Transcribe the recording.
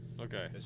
Okay